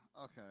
Okay